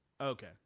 Okay